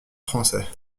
français